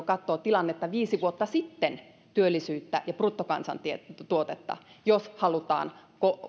katsoo tilannetta viisi vuotta sitten työllisyyttä ja bruttokansantuotetta jos halutaan